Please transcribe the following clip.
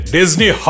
Disney